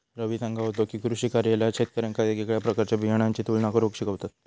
रवी सांगा होतो की, कृषी कार्यालयात शेतकऱ्यांका येगयेगळ्या प्रकारच्या बियाणांची तुलना करुक शिकवतत